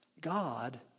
God